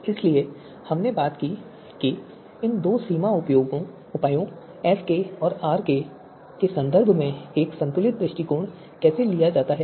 इसलिए हमने बात की कि इन दो सीमा उपायों एसके और आरके के संदर्भ में एक संतुलित दृष्टिकोण कैसे लिया जाता है